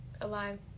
alive